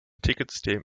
ticketsystem